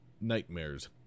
nightmares